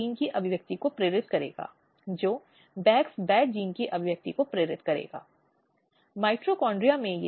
और यह सुनिश्चित करने के लिए कि माता पिता या बच्चे को कुछ वित्तीय प्रोत्साहन देकर उस लड़की को मौत के घाट नहीं उतरने दिया जाए